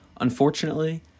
Unfortunately